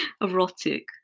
Erotic